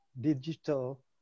digital